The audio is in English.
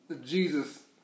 Jesus